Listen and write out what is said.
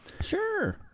Sure